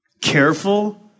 Careful